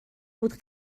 بود